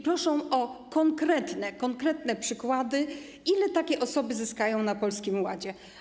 Proszą o konkretne przykłady, ile takie osoby zyskają na Polskim Ładzie.